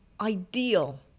ideal